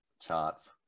Charts